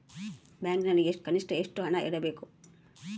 ಬ್ಯಾಂಕಿನಲ್ಲಿ ಕನಿಷ್ಟ ಎಷ್ಟು ಹಣ ಇಡಬೇಕು?